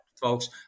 folks